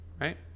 right